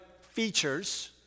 features